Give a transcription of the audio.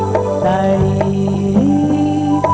a